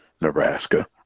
nebraska